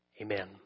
Amen